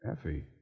Effie